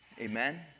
Amen